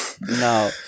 No